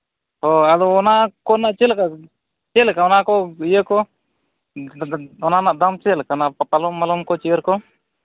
ᱦᱳᱭ ᱟᱫᱚ ᱚᱱᱟ ᱠᱚᱨᱮᱱᱟᱜ ᱪᱮᱫ ᱞᱮᱠᱟ ᱪᱮᱫ ᱞᱮᱠᱟ ᱚᱱᱟ ᱠᱚ ᱤᱭᱟᱹ ᱠᱚ ᱚᱱᱟ ᱨᱮᱱᱟᱜ ᱫᱟᱢ ᱪᱮᱫ ᱞᱮᱠᱟ ᱚᱱᱟ ᱯᱟᱞᱚᱝ ᱢᱟᱞᱚᱝ ᱠᱚ ᱪᱮᱭᱟᱨ ᱠᱚ